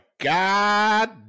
God